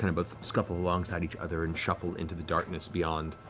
and both scuffle alongside each other and shuffle into the darkness beyond,